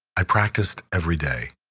i practiced every day.